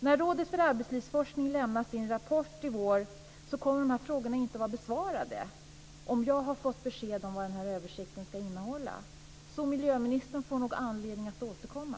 När Rådet för arbetslivsforskning lämnar sin rapport i vår kommer dessa frågor inte att vara besvarade - om jag har fått rätt besked om vad denna översikt ska innehålla - så miljöministern får nog anledning att återkomma.